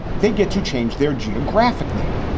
they get to change their geographic name.